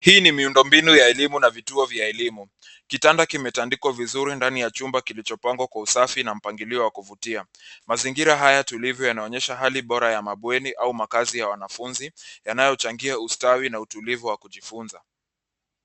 Hii ni miundombinu ya elimu na vituo vya elimu . Kitanda kimetandikwa vizuri ndani ya chumba kilichopangwa kwa usafi na mpangilio wa kuvutia. Mazingira haya tulivu yanaonyesha Hali bora ya mabweni au makazi ya wanafunzi , yanayochangia ustawi na utulivu wa kujifunza.